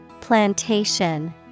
Plantation